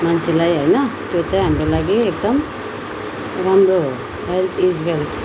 मान्छेलाई होइन त्यो चाहिँ हाम्रो लागि एकदम राम्रो हो हेल्थ इज वेल्थ